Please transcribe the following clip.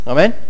Amen